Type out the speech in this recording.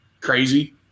crazy